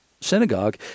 synagogue